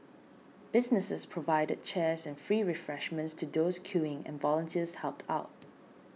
businesses provided chairs and free refreshments to those queuing and volunteers helped out